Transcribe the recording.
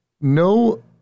no